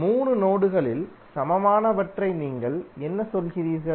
3 நோடுகளில் சமமானவற்றைப் நீங்கள் என்ன சொல்கிறீர்கள்